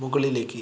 മുകളിലേക്ക്